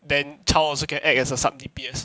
then child also can act as a sub D_P_S